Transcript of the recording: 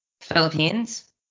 Philippines